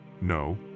No